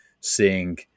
seeing